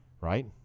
right